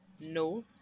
no